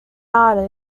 artist